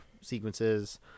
sequences